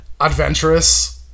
adventurous